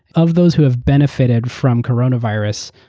of those who have benefited from coronavirus,